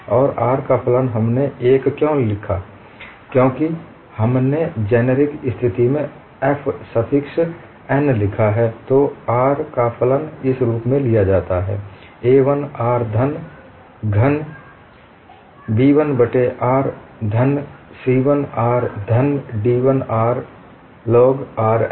ओर r का फलन हमने इसे 1 क्यों लिया क्योंकि हमनें जेनेरिक स्थिति में f suffix n लिखा है तो r का फलन इस रूप में लिया जाता है A 1 r घन धन B1 बट्टे r धन C1 r धन D1 r ln r